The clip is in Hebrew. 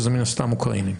שזה מן הסתם אוקראינים?